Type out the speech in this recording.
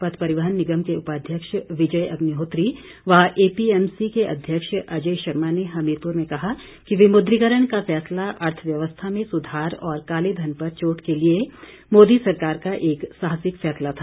पथ परिवहन निगम के उपाध्यक्ष विजय अग्निहोत्री व एपीएमसी के अध्यक्ष अजय शर्मा ने हमीरपुर में कहा कि विमुद्रीकरण का फैसला अर्थव्यवस्था में सुधार और काले धन पर चोट के लिए मोदी सरकार का एक साहसिक फैसला था